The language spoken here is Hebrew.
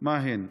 מהן?